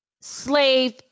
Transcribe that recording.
slave